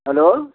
hello